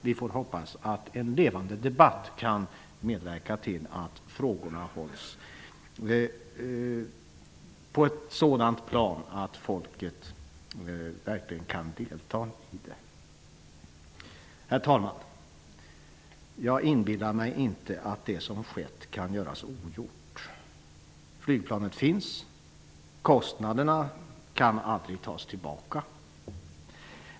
Vi får hoppas att en levande debatt kan medverka till att frågorna hålls på ett sådant plan att folket kan delta i den. Herr talman! Jag inbillar mig inte att det som har skett kan göras ogjort. Flygplanet finns. Pengarna kan aldrig tas tillbaka.